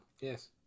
yes